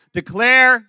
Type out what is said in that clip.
declare